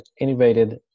innovated